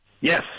Yes